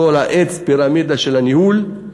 כל עץ הפירמידה של הניהול.